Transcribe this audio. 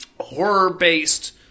horror-based